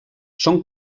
són